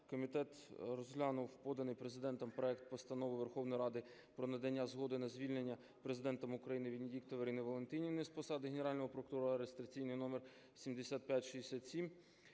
комітет розглянув, поданий Президентом проект Постанови Верховної Ради про надання згоди на звільнення Президентом України Венедіктової Ірини Валентинівни з посади Генерального прокурора (реєстраційний номер 7567)